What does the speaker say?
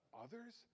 others